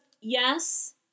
yes